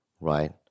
right